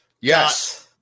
Yes